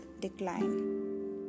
decline